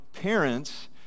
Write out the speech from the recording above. parents